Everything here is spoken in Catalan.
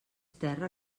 terra